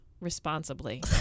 responsibly